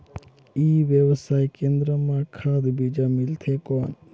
ई व्यवसाय केंद्र मां खाद बीजा मिलथे कौन?